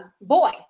boy